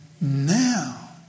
now